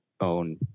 own